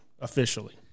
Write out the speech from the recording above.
officially